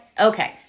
Okay